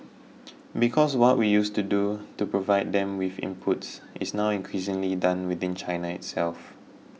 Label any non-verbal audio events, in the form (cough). (noise) because what we used to do to provide them with inputs is now increasingly done within China itself